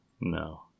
No